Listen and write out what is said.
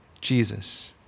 Jesus